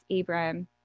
Abram